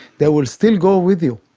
they will still go with you.